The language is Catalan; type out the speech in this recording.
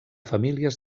famílies